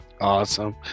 Awesome